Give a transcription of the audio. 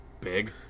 big